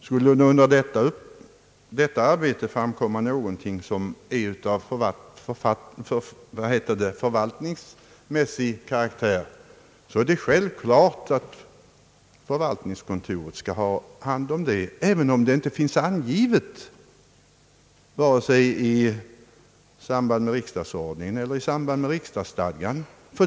Skulle det under detta arbete framkomma någonting som är av förvaltningsmässig karaktär, är det självklart att förvaltningskontoret skall få hand om det, även om det inte finns angivet i vare sig riksdagsordningen eller riksdagsstadgan.